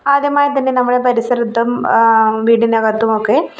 ആദ്യമായി തന്നെ നമ്മുടെ പരിസരത്തും വീടിനകത്തുമൊക്കെ